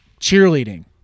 cheerleading